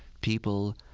people,